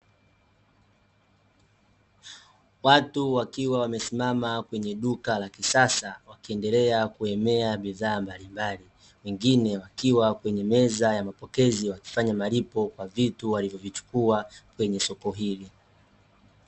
Watu wakiwa wamesimama kwenye duka la kisasa, wakiendelea kuhemea bidhaa mbalimbali. Wengine wakiwa kwenye meza ya mapokezi wakifanya malipo kwa vitu walivyovichukua, kwenye soko hili.